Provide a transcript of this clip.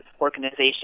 organization